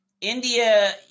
India